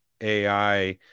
AI